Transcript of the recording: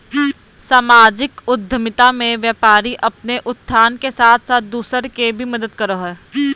सामाजिक उद्द्मिता मे व्यापारी अपने उत्थान के साथ साथ दूसर के भी मदद करो हय